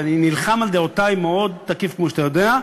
ואני נלחם על דעותי, מאוד תקיף, כמו שאתה יודע,